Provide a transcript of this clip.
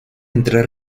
entre